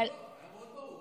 לא, זה היה מאוד ברור.